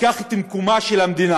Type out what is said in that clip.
אקח את מקומה של המדינה,